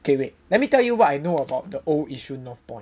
okay wait let me tell you what I know about the old Yishun north point